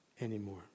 anymore